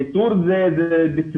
איתור זה דיסציפלינה,